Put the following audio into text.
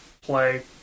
play